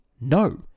No